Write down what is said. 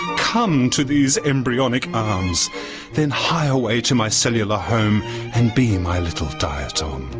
come to these embryonic arms then hie away to my cellular home and be my little diatom!